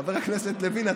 חבר הכנסת לוין,